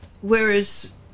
Whereas